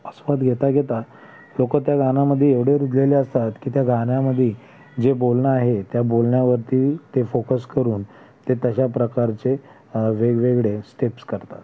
आस्वाद घेता घेता लोकं त्या गाण्यामध्ये एवढे रुजलेले असतात की त्या गाण्यामध्ये जे बोलणंं आहे त्या बोलण्यावरती ते फोकस करून ते तशा प्रकारचे वेगवेगळे स्टेप्स करतात